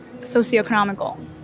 socioeconomical